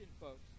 folks